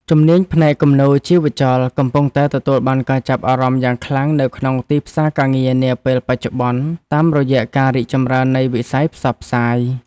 ជំនាញផ្នែកគំនូរជីវចលកំពុងតែទទួលបានការចាប់អារម្មណ៍យ៉ាងខ្លាំងនៅក្នុងទីផ្សារការងារនាពេលបច្ចុប្បន្ន តាមរយៈការរីកចម្រើននៃវិស័យផ្សព្វផ្សាយ។